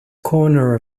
corner